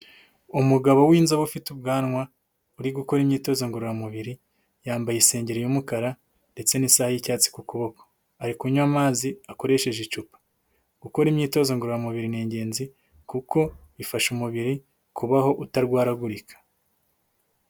Umugabo w'inzobe ufite ubwanwa uri gukora imyitozo ngororamubiri, yambaye isengeri y'umukara ndetse n'isaha y'icyatsi ku kuboko, ari kunywa amazi akoresheje icupa, gukora imyitozo ngororamubiri ni ingenzi kuko ifasha umubiri kubaho utarwaragurika.